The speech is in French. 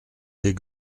des